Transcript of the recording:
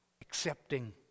accepting